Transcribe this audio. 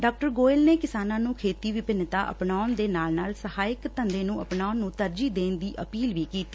ਡਾ ਗੋਇਲ ਨੇ ਕਿਸਾਨਾਂ ਨੂੰ ਖੇਤੀ ਵਿਭਿੰਨਤਾ ਅਪਨਾਉਣ ਦੇ ਨਾਲ ਨਾਲ ਸਹਾਇਕ ਧੰਦੇ ਅਪਨਾਉਣ ਨੂੰ ਤਰਜੀਹ ਦੇਣ ਦੀ ਅਪੀਲ ਵੀ ਕੀਤੀ